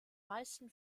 meisten